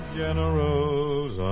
generals